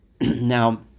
Now